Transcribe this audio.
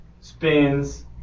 spins